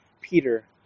Peter